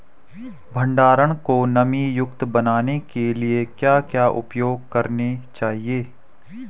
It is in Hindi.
भंडारण को नमी युक्त बनाने के लिए क्या क्या उपाय करने चाहिए?